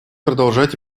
продолжать